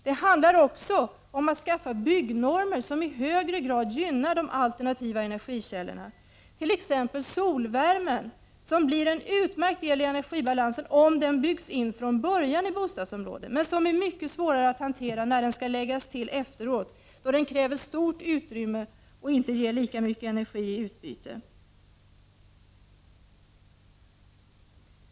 Det handlar också om att skaffa byggnormer som i högre grad gynnar de alternativa energikällorna, t.ex. solvärmen, som blir en utmärkt del i energibalansen om den byggs in från början i bostadsområden, men som är mycket svårare att hantera när den skall läggas till efteråt, då den kräver stort utrymme och inte ger lika mycket energi i utbyte.